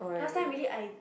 last time really I